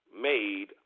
made